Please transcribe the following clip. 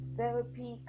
therapy